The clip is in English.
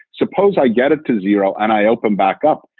suppose i get it to zero and i open back up.